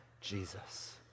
Jesus